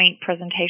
presentation